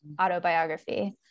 autobiography